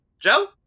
Joe